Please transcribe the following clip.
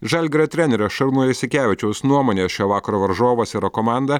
žalgirio trenerio šarūno jasikevičiaus nuomone šio vakaro varžovas yra komanda